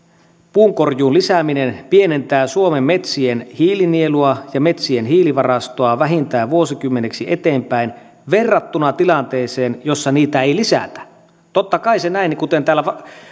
puunkorjuun lisääminen pienentää suomen metsien hiilinielua ja metsien hiilivarastoa vähintään vuosikymmeniksi eteenpäin verrattuna tilanteeseen jossa niitä ei lisätä totta kai se on näin kuten täällä